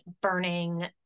burning